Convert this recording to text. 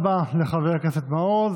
תודה רבה לחבר הכנסת מעוז.